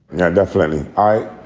yeah, definitely. i,